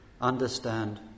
understand